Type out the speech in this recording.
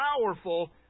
powerful